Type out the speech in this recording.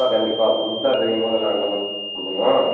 கண்டிப்பாக கண்டிப்பாக புதுசாக செய்யும் போது எல்லா நல்ல கொடுக்கணும்